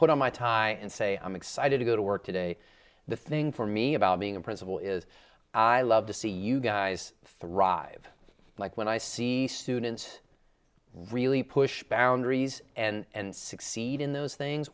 put on my time and say i'm excited to go to work today the thing for me about being a principal is i love to see you guys thrive it's like when i see students really push boundaries and succeed in those things